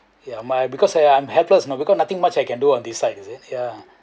ya my because I am helpless you know because nothing much I can do on this side is it ya